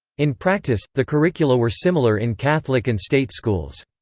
in practice, the curricula were similar in catholic and state schools.